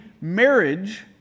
marriage